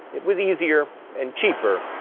it was easier and cheaper.